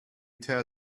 tear